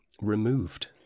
removed